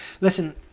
Listen